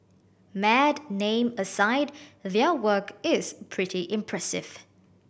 mad name aside their work is pretty impressive